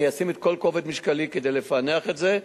אני אשים את כל כובד משקלי כדי לפענח את זה,